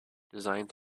designed